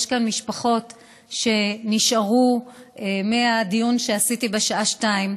יש כאן משפחות שנשארו מהדיון שעשיתי בשעה 14:00,